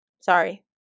Sorry